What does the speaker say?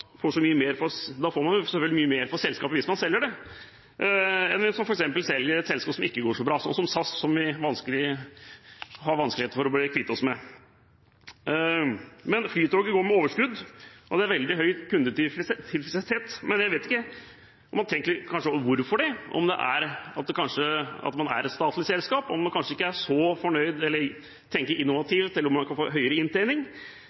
selger det, enn hvis man f.eks. selger et selskap som ikke går så bra, slik som SAS, som man har vanskelig for å kvitte seg med. Men Flytoget går med overskudd, og det er veldig høy kundetilfredshet. Men jeg vet ikke om man har tenkt litt over hvorfor det er slik – om det kanskje er fordi det er et statlig selskap og man kanskje ikke tenker så innovativt om hvordan man kan få høyere inntjening?